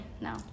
no